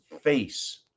face